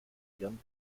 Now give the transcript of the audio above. ihren